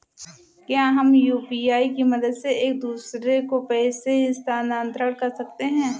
क्या हम यू.पी.आई की मदद से एक दूसरे को पैसे स्थानांतरण कर सकते हैं?